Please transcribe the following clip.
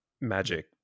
magic